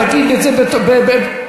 אני קורא אותך לסדר בפעם הראשונה.